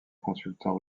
consultants